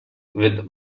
with